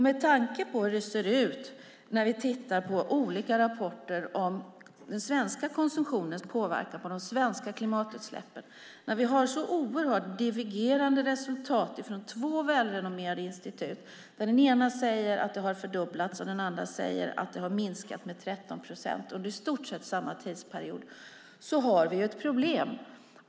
Med tanke på hur det ser ut när vi tittar på olika rapporter om den svenska konsumtionens påverkan på de svenska klimatutsläppen från två välrenommerade institut, där vi har så oerhört divergerande resultat att det ena säger att den har fördubblats och det andra säger att den har minskat med 13 procent under i stort samma tidsperiod, har vi ju ett problem.